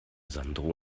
sandro